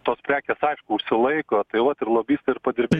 tos prekės aišku užsilaiko tai vat ir lobistai ir padirbi